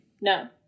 No